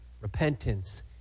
Repentance